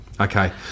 Okay